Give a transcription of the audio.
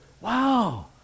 Wow